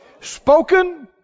Spoken